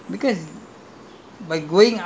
I think buses are going to pass through there